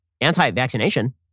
anti-vaccination